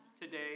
today